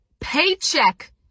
Paycheck